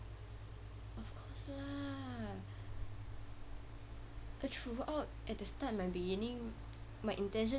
of course lah eh throughout at the start my beginning my intentions